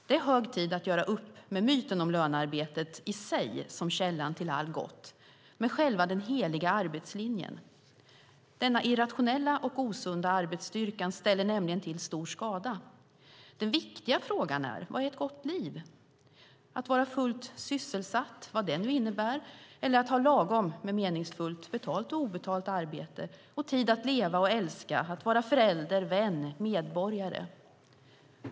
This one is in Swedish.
Det är hög tid att göra upp med myten om lönearbetet i sig som källan till allt gott - själva den heliga arbetslinjen. Den irrationella och osunda arbetsdyrkan ställer nämligen till stor skada. Den viktiga frågan är: Vad är ett gott liv? Är det att vara fullt sysselsatt - vad det nu innebär - eller att ha lagom med meningsfullt, betalt eller obetalt, arbete? Är det att ha tid att leva och älska, att vara förälder, vän och medborgare?